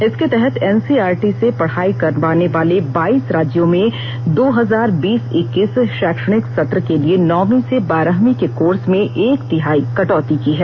इसके तहत एनसीआरटी से पढ़ाई करवाने वाले बाईस राज्यों में दो हजार बीस ईक्कीस शैक्षणिक सत्र के लिए नौवीं से बारहवीं के कोर्स में एक तिहाई कटौती की है